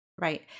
Right